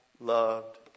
loved